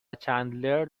چندلر